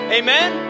amen